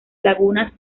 lagunas